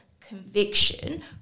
conviction